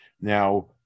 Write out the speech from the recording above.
Now